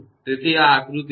તેથી આ આકૃતિ છે